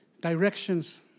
directions